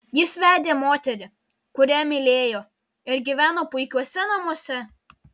jis vedė moterį kurią mylėjo ir gyveno puikiuose namuose